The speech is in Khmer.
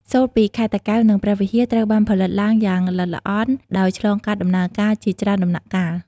សូត្រពីខេត្តតាកែវ និងព្រះវិហារ ត្រូវបានផលិតឡើងយ៉ាងល្អិតល្អន់ ដោយឆ្លងកាត់ដំណើរការជាច្រើនដំណាក់កាល។